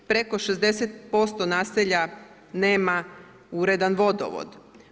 Preko 60% naselja nema uredan vodovod.